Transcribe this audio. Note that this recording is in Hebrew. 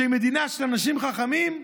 שהיא מדינה של אנשים חכמים,